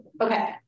Okay